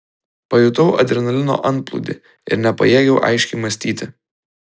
pajutau adrenalino antplūdį ir nepajėgiau aiškiai mąstyti